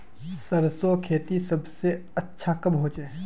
सरसों खेती सबसे अच्छा कब होचे?